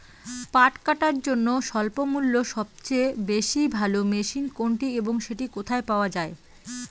পাট কাটার জন্য স্বল্পমূল্যে সবচেয়ে ভালো মেশিন কোনটি এবং সেটি কোথায় পাওয়া য়ায়?